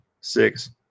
six